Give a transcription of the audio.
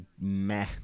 meh